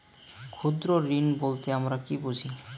ক্ষুদ্র ঋণ বলতে আমরা কি বুঝি?